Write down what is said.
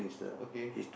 okay